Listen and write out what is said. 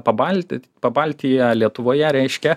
pabalti pabaltija lietuvoje reiškia